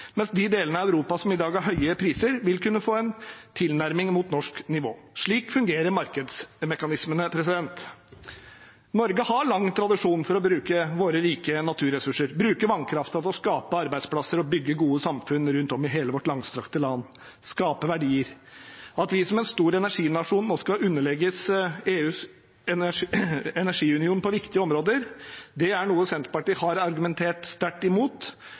mens de delene av Europa som i dag har høye priser, vil kunne få en tilnærming mot norsk nivå. Slik fungerer markedsmekanismene. Norge har lang tradisjon for å bruke våre rike naturressurser, bruke vannkraften til å skape arbeidsplasser, bygge gode samfunn rundt om i hele vårt langstrakte land, skape verdier. At vi som en stor energinasjon nå skal underlegges EUs energiunion på viktige områder, er noe Senterpartiet har argumentert sterkt imot,